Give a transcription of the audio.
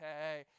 Hey